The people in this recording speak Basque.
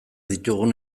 ditugun